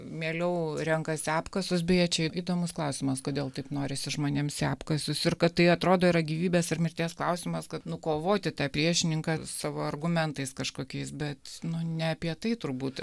mieliau renkasi apkasus beje čia įdomus klausimas kodėl taip norisi žmonėms į apkasus ir kad tai atrodo yra gyvybės ir mirties klausimas kad nukovoti tą priešininką savo argumentais kažkokiais bet nu ne apie tai turbūt